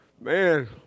man